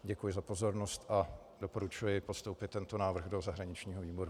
Děkuji za pozornost a doporučuji postoupit tento návrh do zahraničního výboru.